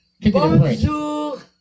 Bonjour